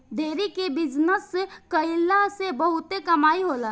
dairy के business कईला से बहुते कमाई होला